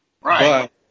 Right